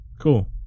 cool